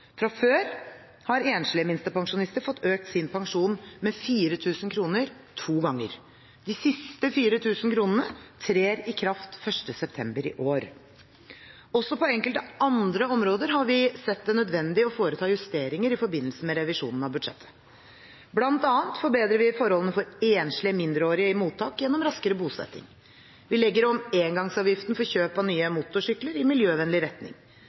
Fra før har enslige minstepensjonister fått økt sin pensjon med 4 000 kr to ganger. De siste 4 000 kr trer i kraft 1. september i år. Også på enkelte andre områder har vi sett det nødvendig å foreta justeringer i forbindelse med revisjonen av budsjettet. Blant annet forbedrer vi forholdene for enslige, mindreårige i mottak gjennom raskere bosetting. Vi legger om engangsavgiften for kjøp av nye motorsykler i miljøvennlig retning.